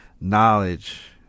knowledge